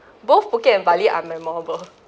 both phuket and bali are memorable